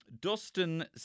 Dustin